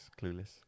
Clueless